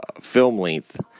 film-length